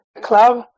club